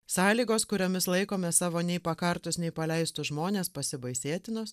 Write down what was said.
sąlygos kuriomis laikome savo nei pakartus nei paleistus žmones pasibaisėtinos